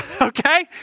Okay